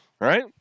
right